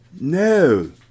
No